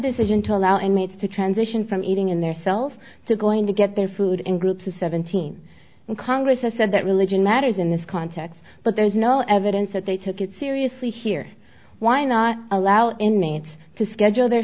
decision to allow inmates to transition from eating in their cells to going to get their food in groups of seventeen and congress has said that religion matters in this context but there's no evidence that they took it seriously here why not allow inmates to schedule their